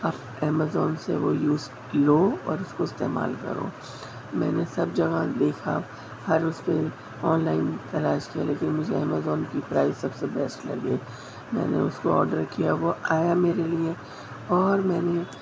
آپ امازون سے وہ یوز لو اور اس کو استعمال کرو میں نے سب جگہ دیکھا ہر اس پہ آنلائن کرا اس کے لیے مجھے اامازون کی پرائز سب سے بیسٹ لگی میں نے اس کو آڈر کیا وہ آیا میرے لیے اور میں نے